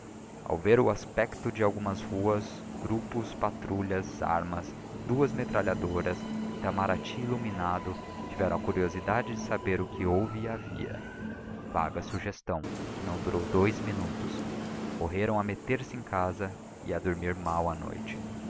ao ver o aspecto de algumas ruas grupos patrulhas armas duas metralhadoras itamarati iluminado tiveram a curiosidade de saber o que houve e havia vaga sugestão que não durou dous minutos correram a meter-se em casa e a dormir mal a noite